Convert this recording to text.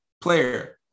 player